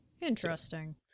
Interesting